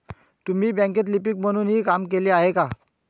तुम्ही बँकेत लिपिक म्हणूनही काम केले आहे का?